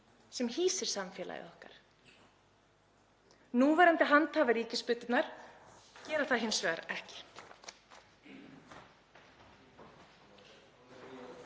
sem hýsir samfélagið okkar. Núverandi handhafar ríkisbuddunnar gera það hins vegar ekki.